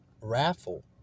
Raffle